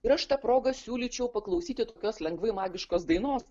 ir aš ta proga siūlyčiau paklausyti tokios lengvai magiškos dainos